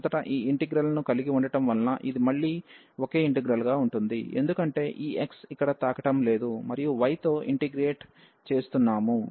మొదట ఈ ఇంటిగ్రల్ ను కలిగి ఉండటం వలన ఇది మళ్ళీ ఒకే ఇంటిగ్రల్ గా ఉంటుంది ఎందుకంటే ఈ x ఇక్కడ తాకడం లేదు మనము y తో ఇంటిగ్రేట్ చేస్తున్నాము